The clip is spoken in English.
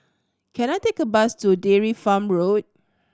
can I take a bus to Dairy Farm Road